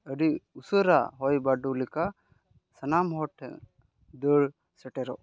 ᱟᱹᱰᱤ ᱩᱥᱟᱹᱨᱟ ᱦᱚᱭ ᱵᱟᱨᱰᱩ ᱞᱮᱠᱟ ᱥᱟᱱᱟᱢ ᱦᱚᱲ ᱴᱷᱮᱱ ᱫᱟᱹᱲ ᱥᱮᱴᱮᱨᱚᱜ ᱠᱟᱱᱟ